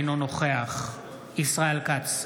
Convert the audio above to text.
אינו נוכח ישראל כץ,